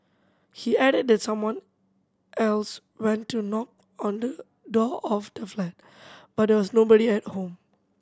he added that someone else went to knock on the door of the flat but there was nobody at home